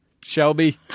Shelby